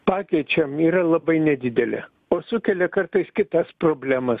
pakeičiam yra labai nedidelė o sukelia kartais kitas problemas